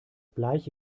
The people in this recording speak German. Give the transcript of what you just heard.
bleich